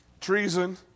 Treason